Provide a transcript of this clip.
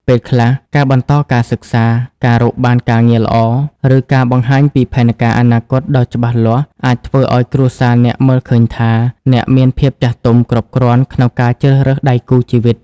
ពេលខ្លះ ការបន្តការសិក្សា ការរកបានការងារល្អ ឬការបង្ហាញពីផែនការអនាគតដ៏ច្បាស់លាស់ អាចធ្វើឲ្យគ្រួសារអ្នកមើលឃើញថា អ្នកមានភាពចាស់ទុំគ្រប់គ្រាន់ក្នុងការជ្រើសរើសដៃគូជីវិត។